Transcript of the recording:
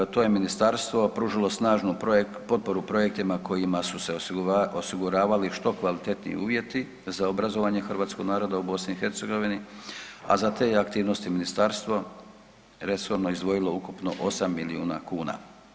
To je ministarstvo pružilo snažnu potporu projektima kojima su se osiguravali što kvalitetniji uvjeti za obrazovanje hrvatskog naroda u BiH, a za te je aktivnosti ministarstvo resorno izdvojilo ukupno 8 milijuna kuna.